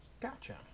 gotcha